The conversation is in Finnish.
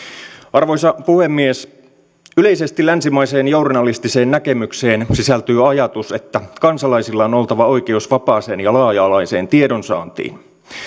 arvoisa puhemies yleisesti länsimaiseen journalistiseen näkemykseen sisältyy ajatus että kansalaisilla on oltava oikeus vapaaseen ja laaja alaiseen tiedonsaantiin